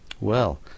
Well